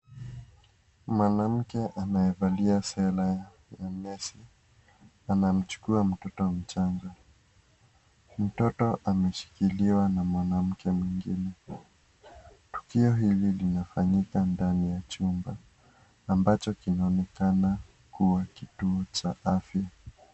Mwanamke amevalia sare ya nesi, anamchukua mtoto mchanaga, mtoto ameshikiliwa na mwanamke mwingine, tukio hili linafanyika ndani ya chumba, ambacho kinaonekana kuwa kituo cha afya.